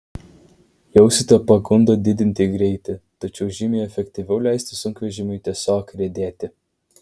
jausite pagundą didinti greitį tačiau žymiai efektyviau leisti sunkvežimiui tiesiog riedėti